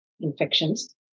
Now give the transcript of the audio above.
infections